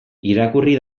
irakurri